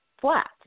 flat